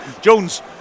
Jones